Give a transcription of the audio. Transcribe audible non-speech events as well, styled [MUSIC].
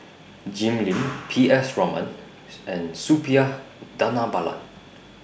Jim [NOISE] Lim P S Raman [NOISE] and Suppiah Dhanabalan